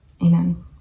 amen